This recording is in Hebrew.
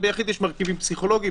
ביחיד יש מרכיבים פסיכולוגים,